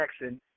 Jackson